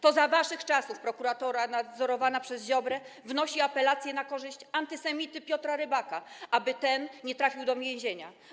To za waszych czasów prokuratura nadzorowana przez Ziobrę wnosi apelację na korzyść antysemity Piotra Rybaka, aby ten nie trafił do więzienia.